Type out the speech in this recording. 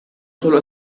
sólo